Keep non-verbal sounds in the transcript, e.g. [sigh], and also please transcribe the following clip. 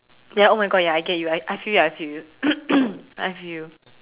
ya oh my God ya I get you I I feel you I feel you [coughs] I feel you